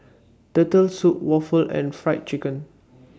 Turtle Soup Waffle and Fried Chicken